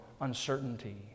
uncertainty